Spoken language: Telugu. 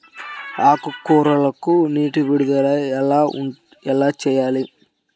ఆకుకూరలకు నీటి విడుదల ఎలా చేయాలి?